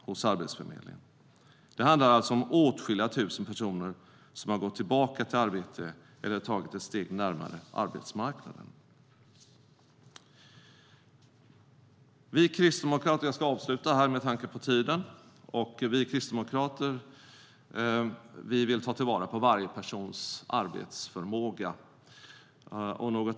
Det handlar alltså om åtskilliga tusen personer som har gått tillbaka till arbete eller tagit ett steg närmare arbetsmarknaden. Vi kristdemokrater vill ta till vara varje persons arbetsförmåga.